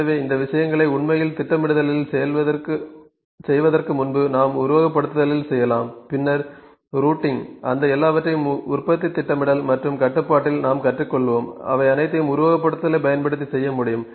எனவே இந்த விஷயங்களை உண்மையில் திட்டமிடுதலில் செய்வதற்கு முன்பு நாம் உருவகப்படுத்துதலில் செய்யலாம் பின்னர் ரூட்டிங் அந்த எல்லாவற்றையும் உற்பத்தி திட்டமிடல் மற்றும் கட்டுப்பாட்டில் நாம் கற்றுக் கொள்வோம் அவை அனைத்தையும் உருவகப்படுத்துதலைப் பயன்படுத்தி செய்ய முடியும்